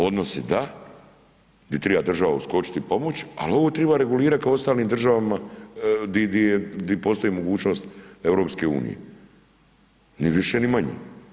Odnosi da, gdje treba država uskočiti i pomoć ali ovo treba regulirat kao u ostalim državama di postoji mogućnost EU-a, ni više ni manje.